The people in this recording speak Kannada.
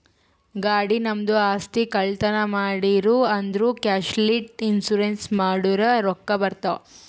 ಗಾಡಿ, ನಮ್ದು ಆಸ್ತಿ, ಕಳ್ತನ್ ಮಾಡಿರೂ ಅಂದುರ್ ಕ್ಯಾಶುಲಿಟಿ ಇನ್ಸೂರೆನ್ಸ್ ಮಾಡುರ್ ರೊಕ್ಕಾ ಬರ್ತಾವ್